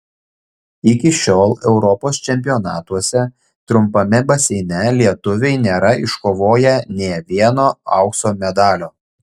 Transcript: iki šiol europos čempionatuose trumpame baseine lietuviai nėra iškovoję nė vieno aukso medalio